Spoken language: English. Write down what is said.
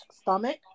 stomach